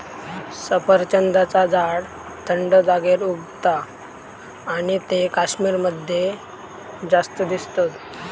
सफरचंदाचा झाड थंड जागेर उगता आणि ते कश्मीर मध्ये जास्त दिसतत